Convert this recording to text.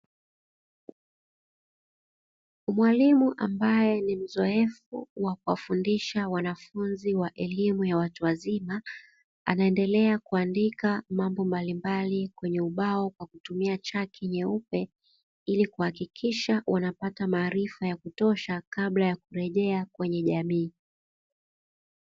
Mwalimu ambaye ni mzoefu wa kuwafundisha wanafunzi ambayo ni elimu ya watu wazima, anaendelea kuandika mabo mbalimbali kwenye ubao kw akutumia chaki nyeupe, ili kuhakikisha unapata maarifa ya kutosha kabla ya kurejea kwenye jamii.